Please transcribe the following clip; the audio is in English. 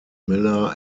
miller